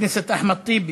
חבר הכנסת אחמד טיבי,